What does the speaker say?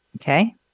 Okay